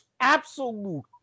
absolute